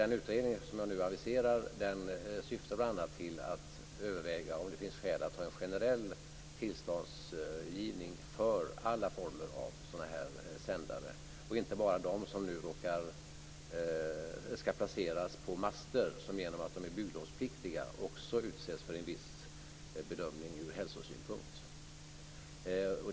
Den utredning som jag nu aviserar syftar bl.a. till att man skall överväga om det finns skäl att ha en generell tillståndsgivning för alla former av sådana här sändare och inte bara de som nu skall placeras på master; i och med att de är bygglovspliktiga utsätts de också för en viss bedömning ur hälsosynpunkt.